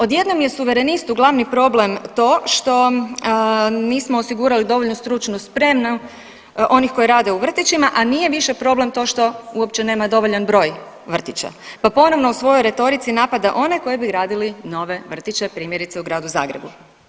Odjednom je suverenistu glavni problem to što nismo osigurali dovoljnu stručnu spremu onih koji rade u vrtićima, a nije više problem to što uopće nema dovoljan broj vrtića pa ponovno u svojoj retorici napada one koji bi radili nove vrtiće, primjerice, u gradu Zagrebu.